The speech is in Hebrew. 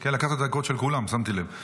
כן, לקחת את הדקות של כולם, שמתי לב.